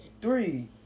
Three